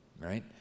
right